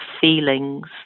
feelings